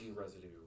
residue